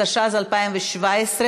התשע"ז 2017,